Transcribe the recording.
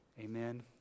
Amen